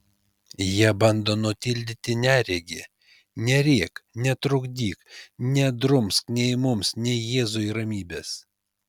jie bando nutildyti neregį nerėk netrukdyk nedrumsk nei mums nei jėzui ramybės